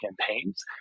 campaigns